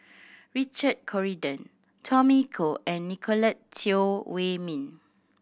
Richard Corridon Tommy Koh and Nicolette Teo Wei Min